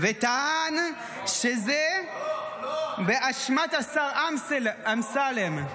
וטען שזה באשמת השר אמסלם.